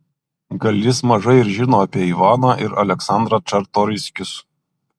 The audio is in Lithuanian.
gal jis mažai ir žino apie ivaną ir aleksandrą čartoriskius